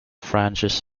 francis